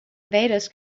invaders